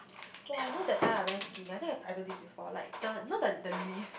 !wah! you know that time I went skiing I think I I told you this before like the you know the the lift